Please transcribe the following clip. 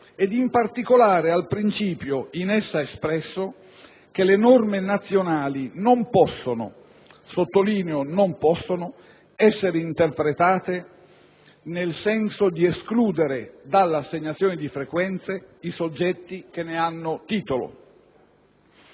ed in particolare al principio in essa espresso che le norme nazionali non possono (sottolineo, non possono) essere interpretate nel senso di escludere dall'assegnazione di frequenze i soggetti che ne hanno titolo.